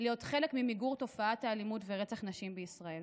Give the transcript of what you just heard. להיות חלק ממיגור תופעת האלימות ורצח נשים בישראל.